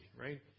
right